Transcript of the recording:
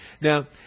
now